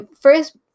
first